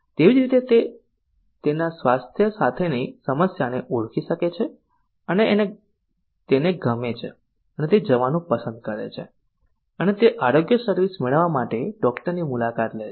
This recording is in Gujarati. તેવી જ રીતે તે તેના સ્વાસ્થ્ય સાથેની સમસ્યાને ઓળખી શકે છે અને તેને ગમે છે અને તે જવાનું પસંદ કરે છે અને તે આરોગ્ય સર્વિસ મેળવવા માટે ડોક્ટરની મુલાકાત લે છે